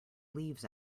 leaves